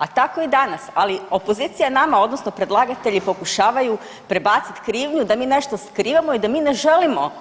A tako i danas, ali opozicija nama odnosno predlagatelji pokušavaju prebacit krivnju da mi nešto skrivamo i da mi ne želimo